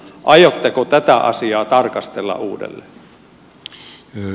aiotteko tätä asiaa tarkastella uudelleen